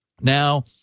Now